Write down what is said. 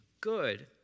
good